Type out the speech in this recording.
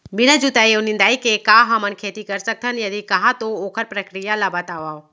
बिना जुताई अऊ निंदाई के का हमन खेती कर सकथन, यदि कहाँ तो ओखर प्रक्रिया ला बतावव?